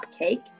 cupcake